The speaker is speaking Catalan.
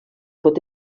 pot